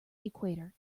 equator